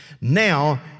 now